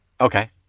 Okay